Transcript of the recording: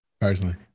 personally